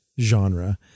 genre